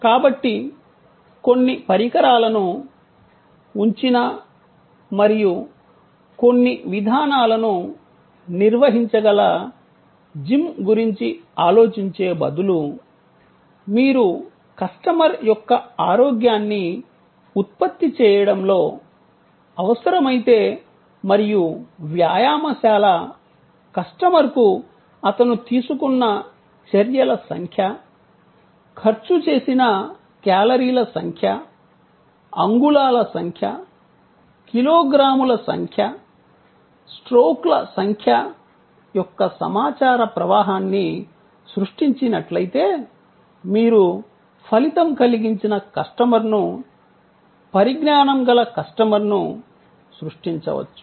కాబట్టి కొన్ని పరికరాలను ఉంచిన మరియు కొన్ని విధానాలను నిర్వహించగల జిమ్ గురించి ఆలోచించే బదులు మీరు కస్టమర్ యొక్క ఆరోగ్యాన్ని ఉత్పత్తి చేయడంలో అవసరమైతే మరియు వ్యాయామశాల కస్టమర్కు అతను తీసుకున్న చర్యల సంఖ్య ఖర్చు చేసిన కేలరీల సంఖ్య అంగుళాల సంఖ్య కిలోగ్రాముల సంఖ్య స్ట్రోక్ల సంఖ్య యొక్క సమాచార ప్రవాహాన్ని సృష్టించినట్లయితే మీరు ఫలితం కలిగించిన కస్టమర్ను పరిజ్ఞానం గల కస్టమర్ను సృష్టించవచ్చు